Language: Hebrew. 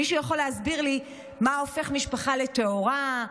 מישהו יכול להסביר לי מה הופך משפחה לטהורה?